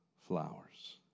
flowers